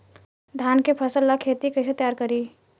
धान के फ़सल ला खेती कइसे तैयार करी?